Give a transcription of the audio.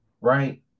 right